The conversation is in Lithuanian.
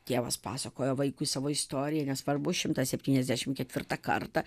tėvas pasakoja vaikui savo istoriją nesvarbu šimtą septyniasdešimt ketvirtą kartą